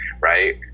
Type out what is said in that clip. right